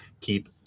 keep